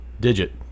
digit